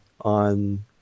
on